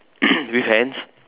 with hands